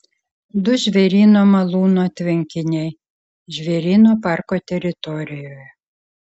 du žvėryno malūno tvenkiniai žvėryno parko teritorijoje